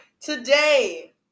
Today